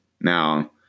Now